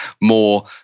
more